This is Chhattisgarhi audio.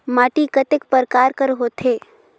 माटी कतेक परकार कर होथे?